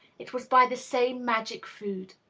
it was by the same magic food.